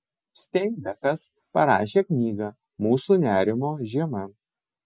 steinbekas parašė knygą mūsų nerimo žiema